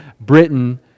Britain